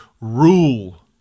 rule